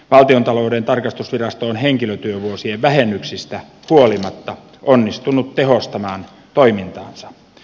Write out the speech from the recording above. valtiontalouden tarkastusvirasto on henkilötyövuosien vähennyksistä huolimatta onnistunut tehostamaan toimintaansa